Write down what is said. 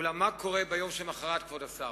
מה קורה ביום שלמחרת, כבוד השר?